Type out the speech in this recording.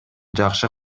жакшы